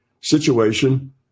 situation